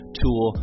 tool